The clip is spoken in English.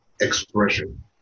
expression